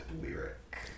lyric